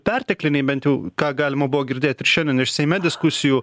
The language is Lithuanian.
pertekliniai bent jau ką galima buvo girdėt ir šiandien iš seime diskusijų